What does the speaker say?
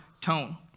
tone